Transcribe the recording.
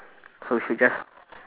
so we should just